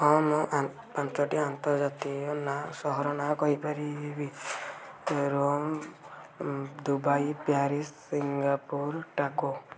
ହଁ ମୁଁ ପାଞ୍ଚଟି ଆନ୍ତର୍ଜାତୀୟ ନାଁ ସହରର ନାଁ କହିପାରିବି ରୋମ ଦୁବାଇ ପ୍ୟାରିସ୍ ସିଙ୍ଗାପୁର